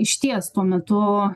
išties tuo metu